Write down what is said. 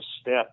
step